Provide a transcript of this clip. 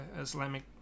islamic